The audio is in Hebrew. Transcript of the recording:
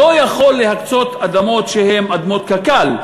לא יכול להקצות אדמות שהן אדמות קק"ל,